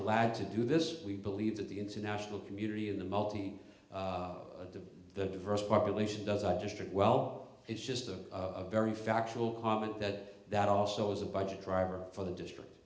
allowed to do this we believe that the international community in the multi the diverse population does i just it well it's just a very factual current that that also is a budget driver for the district